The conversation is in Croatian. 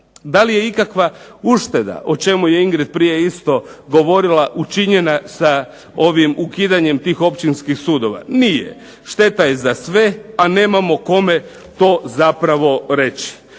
Da li je ikakva ušteda, o čemu je Ingrid prije isto govorila, učinjena sa ovim ukidanjem tih općinskih sudova, nije. Šteta je za sve, a nemamo kome to zapravo reći.